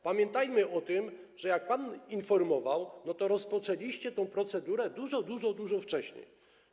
Pamiętajmy o tym, że jak pan informował, rozpoczęliście tę procedurę dużo, dużo, dużo wcześniej.